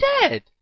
dead